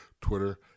Twitter